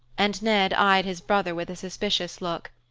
and ned eyed his brother with a suspicious look.